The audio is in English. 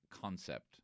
concept